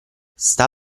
sta